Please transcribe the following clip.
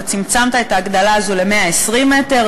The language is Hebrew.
אתה צמצמת את ההגדלה הזאת ל-120 מ"ר,